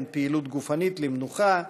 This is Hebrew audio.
בין פעילות גופנית למנוחה,